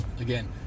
Again